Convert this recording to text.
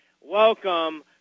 Welcome